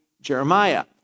Jeremiah